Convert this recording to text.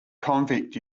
convict